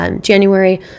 January